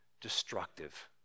destructive